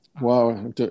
Wow